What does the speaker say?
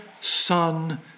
Son